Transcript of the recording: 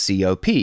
COP